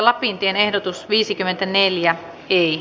tarkoitus oli äänestää jaa